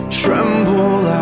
tremble